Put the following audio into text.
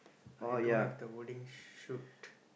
I don't have the wording shoot